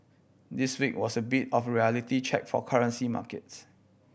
this week was a bit of a reality check for currency markets